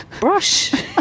brush